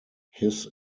his